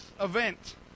event